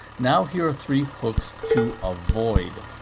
now here are three hooks to avoid.